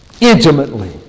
intimately